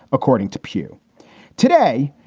according to pew today.